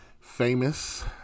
famous